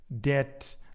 debt